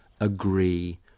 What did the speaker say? agree